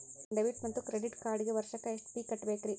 Debit ಮತ್ತು credit ಕಾರ್ಡ್ಗೆ ವರ್ಷಕ್ಕ ಎಷ್ಟ ಫೇ ಕಟ್ಟಬೇಕ್ರಿ?